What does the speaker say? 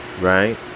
right